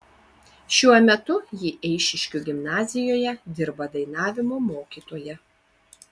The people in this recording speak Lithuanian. šiuo metu ji eišiškių gimnazijoje dirba dainavimo mokytoja